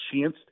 chance